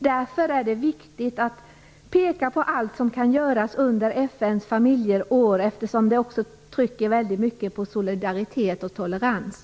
Därför är det viktigt att peka på allt som kan göras under FN:s familjeår. Man trycker nämligen också väldigt mycket på solidaritet och tolerans.